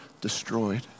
destroyed